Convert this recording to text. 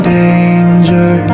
danger